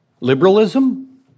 Liberalism